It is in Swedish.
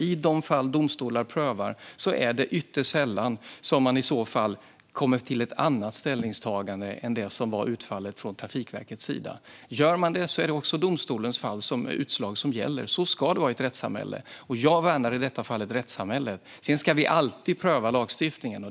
I de fall där domstolar prövar detta är det ytterst sällan de kommer till ett annat ställningstagande än det som var utfallet från Trafikverkets sida. Gör domstolen det är det dess utslag som gäller. Så ska det vara i ett rättssamhälle. Jag värnar i detta fall ett rättssamhälle. Sedan ska vi alltid pröva lagstiftningen.